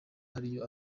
hariyo